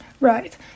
Right